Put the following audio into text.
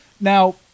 Now